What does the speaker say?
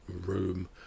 room